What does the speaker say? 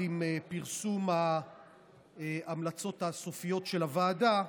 עם פרסום ההמלצות הסופיות של הוועדה,